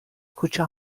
کوچه